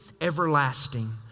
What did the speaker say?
everlasting